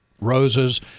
roses